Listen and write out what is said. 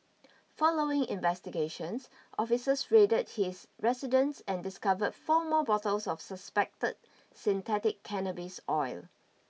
following investigations officers raided his residence and discovered four more bottles of suspected synthetic cannabis oil